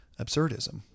absurdism